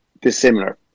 dissimilar